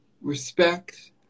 respect